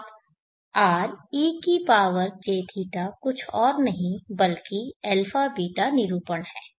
अब r e की power jθ कुछ और नहीं बल्कि α β निरूपण है